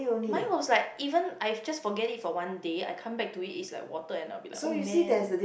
mine was like even I've just forget it for one day I come back to it it's like water and I will be like oh man